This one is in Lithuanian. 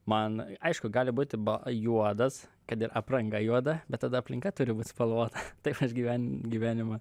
man aišku gali būti ba juodas kad ir apranga juoda bet tada aplinka turi būt spalvota taip aš gyven gyvenimą